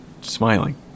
smiling